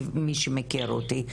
מי שמכיר אותי.